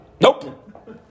nope